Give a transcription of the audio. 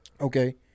Okay